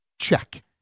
Check